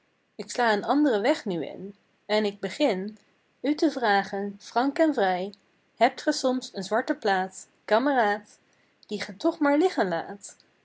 sla een and'ren weg nu in en k begin u te vragen frank en vrij hebt ge soms een zwarte plaat kameraad die ge toch maar liggen laat